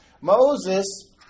Moses